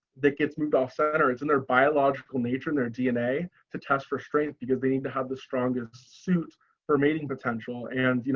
that gets moved off center, it's in their biological nature, and their dna to test for strength because they need to have the strongest suit for mating potential. and you